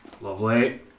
Lovely